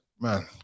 man